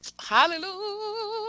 hallelujah